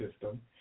system